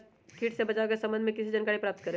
किटो से बचाव के सम्वन्ध में किसी जानकारी प्राप्त करें?